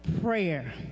prayer